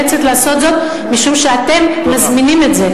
אבל אני נאלצת לעשות זאת משום שאתם מזמינים את זה.